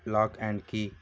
lock and key